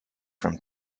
from